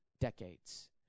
decades